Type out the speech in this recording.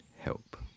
help